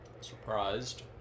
Surprised